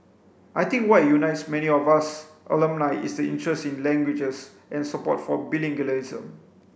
I think what unites many of us alumni is the interest in languages and support for